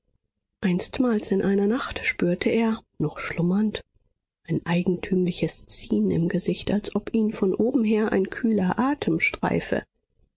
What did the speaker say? einstmals in einer nacht spürte er noch schlummernd ein eigentümliches ziehen im gesicht als ob ihn von oben her ein kühler atem streife